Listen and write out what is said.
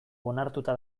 onartuta